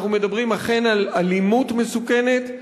אנחנו מדברים אכן על אלימות מסוכנת,